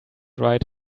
write